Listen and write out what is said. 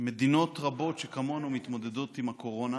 במדינות רבות שכמונו מתמודדות עם הקורונה,